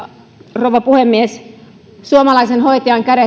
rouva puhemies suomalaisen hoitajan kädet